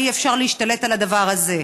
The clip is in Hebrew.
ואי-אפשר להשתלט על הדבר הזה.